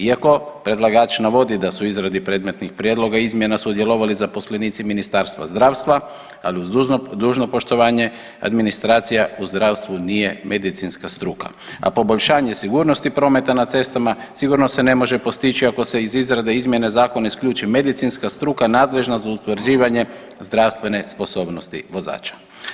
Iako predlagač navodi da su u izradi predmetnih prijedloga izmjena sudjelovali zaposlenici Ministarstva zdravstva, ali uz dužno poštovanje administracija u zdravstvu nije medicinska struka a poboljšanje sigurnosti prometa na cestama sigurno se ne može postići ako se iz izrade izmjene zakona isključi medicinska struka nadležna za utvrđivanje zdravstvene sposobnosti vozača.